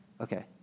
Okay